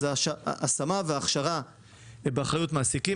זה השמה והכשרה שבאחריות המעסיקים.